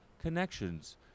connections